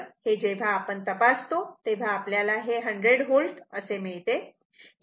तर हे जेव्हा आपण तपासतो तेव्हा आपल्याला हे 100 V असे मिळते